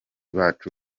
bacu